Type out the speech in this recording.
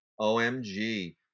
OMG